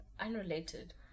Unrelated